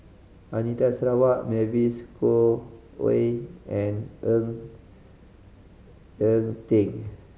Anita Sarawak Mavis Khoo Oei and Ng Eng Teng